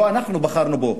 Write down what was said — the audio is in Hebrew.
לא אנחנו בחרנו בו.